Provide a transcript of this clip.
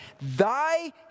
Thy